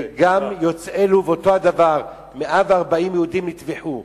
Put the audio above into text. גם יוצאי לוב, אותו הדבר, 140 יהודים נטבחו.